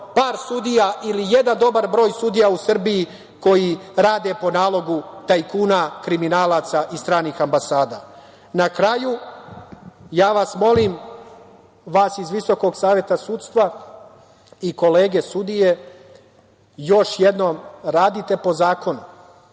broj sudija, ili jedan dobar broj sudija u Srbiji, koji rade po nalogu tajkuna, kriminalaca i stranih ambasada. Na kraju, molim vas, vas iz Visokog saveta sudstva i kolege sudije, još jednom, radite po zakonu.